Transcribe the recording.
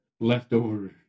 leftover